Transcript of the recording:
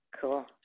Cool